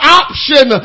option